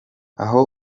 aha